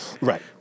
right